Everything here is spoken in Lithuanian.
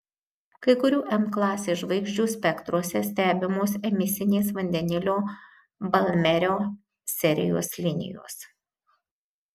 kai kurių m klasės žvaigždžių spektruose stebimos emisinės vandenilio balmerio serijos linijos